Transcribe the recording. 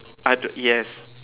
other yes